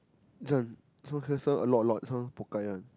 this one this one cancel a lot a lot this one pokai one